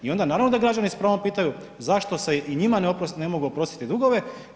I onda naravno da građani s pravom pitanju zašto se i njima ne mogu oprostiti dugovi.